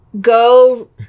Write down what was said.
Go